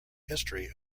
history